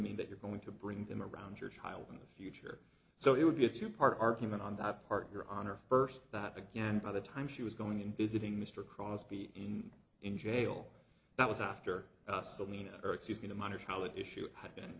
mean that you're going to bring them around your child in the future so it would be a two part argument on that part your honor first that again by the time she was going visiting mr crosby in in jail that was after selena or excuse me the minor shall issue have been